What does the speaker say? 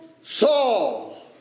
Saul